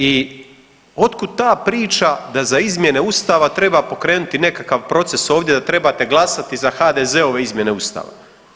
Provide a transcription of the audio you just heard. I od kud ta priča da za izmjene Ustava treba pokrenuti nekakav proces ovdje, da trebate glasati za HDZ-ove izmjene Ustava?